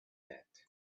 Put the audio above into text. that